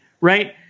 Right